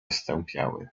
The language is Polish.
stępiały